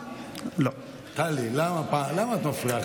טלי, למה את מפריעה?